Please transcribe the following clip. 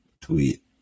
tweet